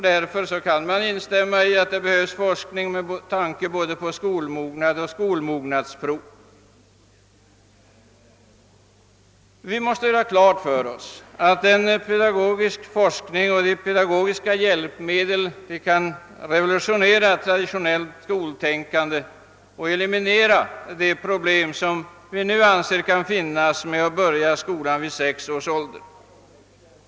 Därför kan man instämma i att det behövs forskning med tanke på både skolmognad och skolmognadsprov. Vi måste göra klart för oss att en pedagogisk forskning och en utveckling av de pedagogiska hjälpmedlen kan revolutionera traditionellt skoltänkande och eliminera de problem vi nu anser finnas med en skolstart vid sex års ålder.